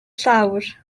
llawr